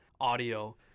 audio